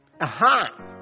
Aha